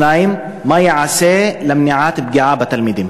2. מה ייעשה למניעת פגיעה בתלמידים?